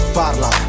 parla